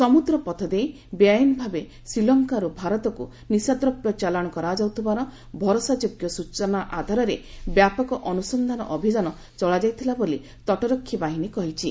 ସମୁଦ୍ର ପଥ ଦେଇ ବେଆଇନ୍ ଭାବେ ଶ୍ରୀଲଙ୍କାରୁ ଭାରତକୁ ନିଶାଦ୍ରବ୍ୟ ଚାଲାଣ କରାଯାଉଥିବାର ଭରସାଯୋଗ୍ୟ ସ୍ଟଚନା ଆଧାରରେ ବ୍ୟାପକ ଅନୁସନ୍ଧାନ ଅଭିଯାନ ଚଳାଯାଇଥିଲା ବୋଲି ତଟରକ୍ଷୀ ବାହିନୀ କହିଛି